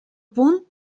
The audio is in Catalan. punt